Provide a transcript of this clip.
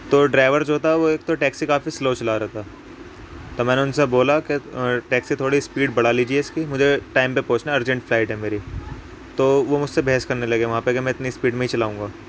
تو ڈرائیور جو ہوتا ہے وہ ایک تو ٹیکسی کافی سلو چلا رہا تھا تو میں نے ان سے بولا کہ ٹیکسی تھوڑی اسپیڈ بڑھا لیجیے اس کی مجھے ٹائم پہ پہنچنا ہے ارجنٹ فلائٹ ہے میری تو وہ مجھ سے بحث کرنے لگے وہاں پہ کہ میں اتنی اسپیڈ میں ہی چلاؤں گا